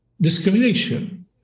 discrimination